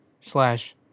slash